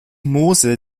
mose